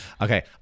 Okay